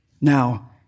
Now